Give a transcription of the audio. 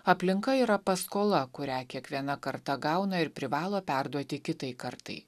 aplinka yra paskola kurią kiekviena karta gauna ir privalo perduoti kitai kartai